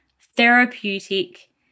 therapeutic